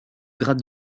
grade